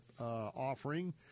offering